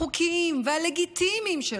החוקיים והלגיטימיים,